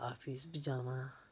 office बी जाना